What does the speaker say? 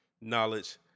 knowledge